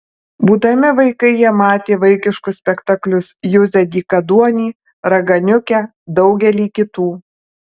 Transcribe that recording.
būdami vaikai jie matė vaikiškus spektaklius juzę dykaduonį raganiukę daugelį kitų